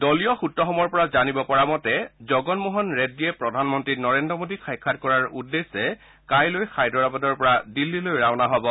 দলী সুত্ৰসমূহৰ পৰা জানিব পৰা মতে জগন মোহন ৰেড্ডীয়ে প্ৰধানমন্ত্ৰী নৰেদ্ৰ মোদীক সাক্ষাৎ কৰাৰ উদ্দেশ্যে কাইলৈ হায়দৰাবাদৰ পৰা দিল্লীলৈ ৰাওনা হ'ব